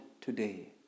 today